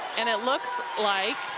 and it looks like